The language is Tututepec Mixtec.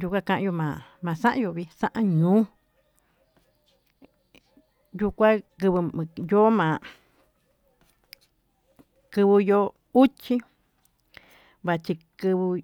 yuka kañuu ma'a ma'a xayuu vii xa'a ñuu yuu kua kiye me'e yoma'a kungu yo'o uchí ma'a chi kinguó.